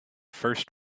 first